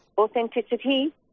authenticity